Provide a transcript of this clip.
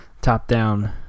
top-down